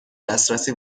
دسترسی